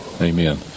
amen